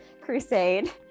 crusade